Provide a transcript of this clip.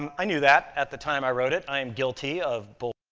um i knew that at the time i wrote it. i am guilty of bull.